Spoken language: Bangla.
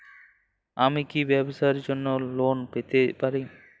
আমি কি ব্যবসার জন্য লোন পেতে পারি?